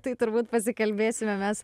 tai turbūt pasikalbėsime mes